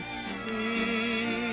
see